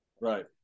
Right